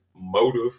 motive